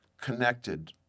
connected